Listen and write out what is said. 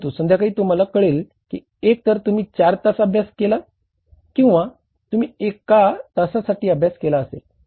परंतु संध्याकाळी तुम्हाला कळेल की एकतर तुम्ही चार तास अभ्यास केला असेल किंवा तुम्ही एका तासासाठी अभ्यास केला असेल